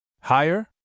Higher